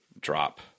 drop